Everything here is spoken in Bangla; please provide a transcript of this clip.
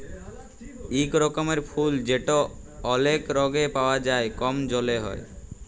ইক রকমের ফুল যেট অলেক রঙে পাউয়া যায় কম জলে হ্যয়